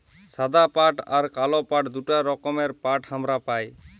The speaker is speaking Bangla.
সাদা পাট আর কাল পাট দুটা রকমের পাট হামরা পাই